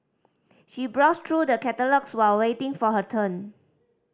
she browsed through the catalogues while waiting for her turn